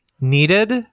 needed